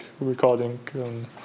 recording